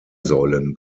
säulen